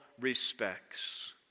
respects